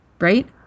right